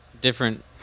different